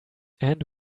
and